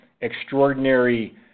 extraordinary